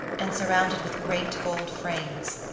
and surrounded with great gold frames,